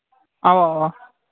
اَوا اَوا